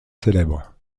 célèbres